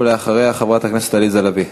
ואחריה, חברת הכנסת עליזה לביא.